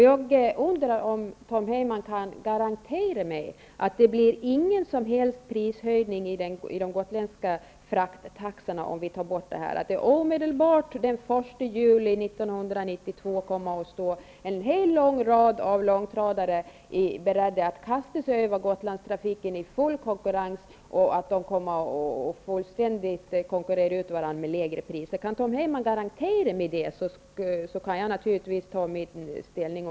Jag undrar om Tom Heyman kan garantera att det inte blir någon som helst höjning av de gotländska frakttaxorna om vi genomför ett slopande -- att det den 1 juli 1992 kommer att stå en hel rad långtradare som är beredda att kasta sig över Gotlandstrafiken och att dessa kommer att fullständigt konkurrera ut varandra genom lägre priser. Om Tom Heyman garanterar detta, så kan jag naturligtvis ompröva min inställning.